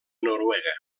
noruega